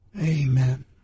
Amen